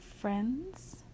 friends